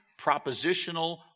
propositional